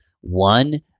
One